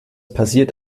passiert